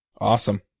Awesome